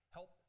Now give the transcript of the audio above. Help